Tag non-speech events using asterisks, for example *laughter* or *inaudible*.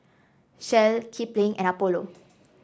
Shell Kipling and Apollo *noise*